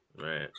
right